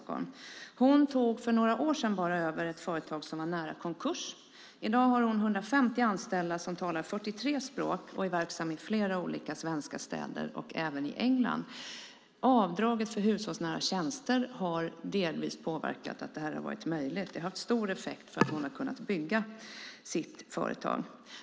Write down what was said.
Hon tog för några år sedan över ett företag som var nära konkurs. I dag har hon 150 anställda som talar 43 språk. Företaget är verksamt i flera svenska städer och i England. Avdraget för hushållsnära tjänster har delvis gjort detta möjligt. Det har haft betydelse för företagets expansion.